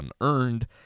unearned